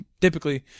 typically